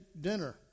dinner